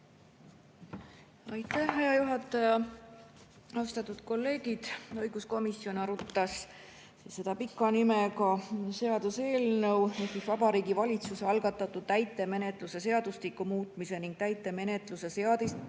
Aitäh, hea juhataja! Austatud kolleegid! Õiguskomisjon arutas seda pika nimega seaduseelnõu ehk Vabariigi Valitsuse algatatud täitemenetluse seadustiku muutmise ning täitemenetluse seadustiku